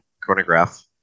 chronograph